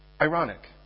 Ironic